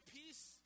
peace